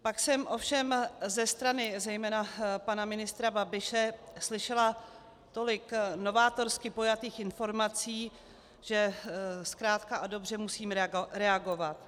Pak jsem ovšem ze strany zejména pana ministra Babiše slyšela tolik novátorsky pojatých informací, že zkrátka a dobře musím reagovat.